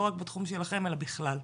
לא רק בתחום שלכם, אלא בכלל.